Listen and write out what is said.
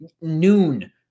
Noon